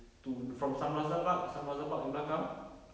to from sun plaza park sun plaza park yang belakang